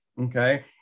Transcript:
okay